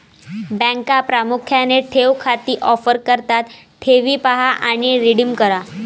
बँका प्रामुख्याने ठेव खाती ऑफर करतात ठेवी पहा आणि रिडीम करा